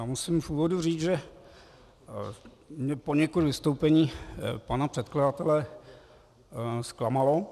Musím v úvodu říct, že mě poněkud vystoupení pana předkladatele zklamalo.